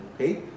okay